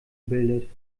bildet